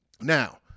Now